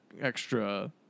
extra